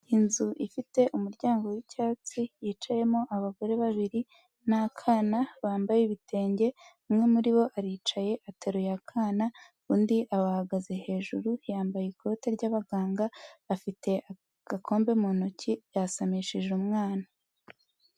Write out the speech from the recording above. Inzu ifite umuryango w'icyatsi yicayemo abagore babiri n'akana bambaye ibitenge, umwe muri bo aricaye ateruye akana undi abahagaze hejuru yambaye ikote ry'abaganga afite agakombe mu ntoki yasamishije umwana.